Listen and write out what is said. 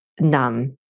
numb